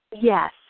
Yes